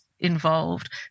involved